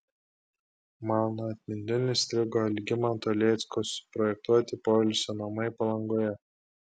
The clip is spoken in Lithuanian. man atmintin įstrigo algimanto lėcko suprojektuoti poilsio namai palangoje